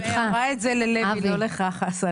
היא אמרה את זה ללוי, ולא לך, חסן.